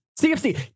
CFC